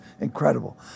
incredible